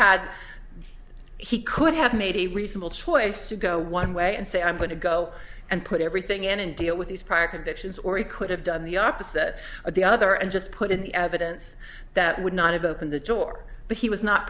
had he could have made a reasonable choice to go one way and say i'm going to go and put everything in and deal with these prior convictions or he could have done the opposite of the other and just put in the evidence that would not have opened the door but he was not